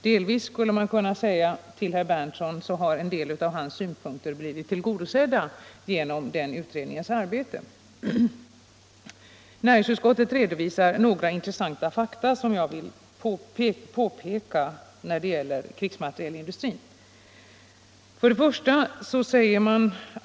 Delvis, skulle man kunna säga till herr Berndtson, har hans synpunkter blivit tillgodoseddda genom utredningens arbete. Näringsutskottet redovisar några intressanta fakta om krigsmaterielindustrin som jag vill peka på.